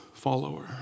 Follower